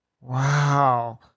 Wow